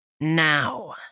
now